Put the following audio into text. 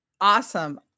Awesome